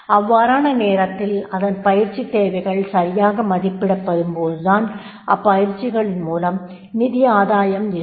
அவ்வாறான நேரத்தில் அதன் பயிற்சித் தேவைகள் சரியாக மதிப்பிடப்படும் போதுதான் அப்பயிற்சிகளின் மூலம் நிதி ஆதாயம் இருக்கும்